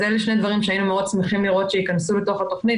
אז אלה שני דברים שהיינו מאוד שמחים לראות שייכנסו לתוך התוכנית.